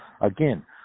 Again